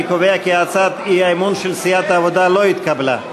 אני קובע כי הצעת האי-אמון של סיעת העבודה לא התקבלה.